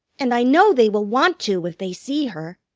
and i know they will want to if they see her.